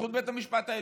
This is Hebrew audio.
בזכות בית המשפט העליון.